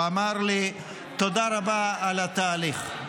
הוא אמר לי תודה רבה על התהליך.